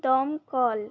দমকল